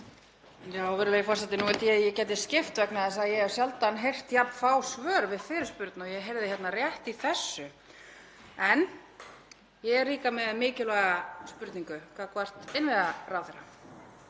Virðulegi forseti. Nú vildi ég að ég gæti skipt vegna þess að ég hef sjaldan heyrt jafn fá svör við fyrirspurn og ég heyrði hérna rétt í þessu en ég er líka með mikilvæga spurningu gagnvart innviðaráðherra.